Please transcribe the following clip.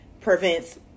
prevents